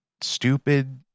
Stupid